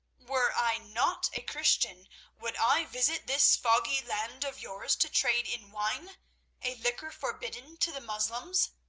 were i not a christian would i visit this foggy land of yours to trade in wine a liquor forbidden to the moslems?